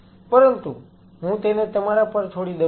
પરંતુ હું તેને તમારા પર છોડી દઉં છું